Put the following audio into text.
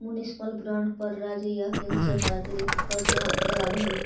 municipal bond पर राज्य या केन्द्र सरकार अतिरिक्त कर न लगावऽ हइ